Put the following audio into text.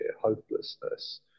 hopelessness